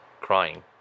crying